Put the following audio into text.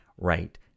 right